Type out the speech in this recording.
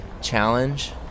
challenge